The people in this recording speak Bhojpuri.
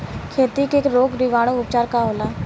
खेती के रोग निवारण उपचार का होला?